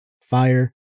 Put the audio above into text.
fire